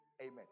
Amen